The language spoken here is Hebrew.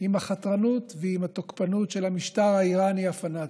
עם החתרנות ועם התוקפנות של המשטר האיראני הפנאטי.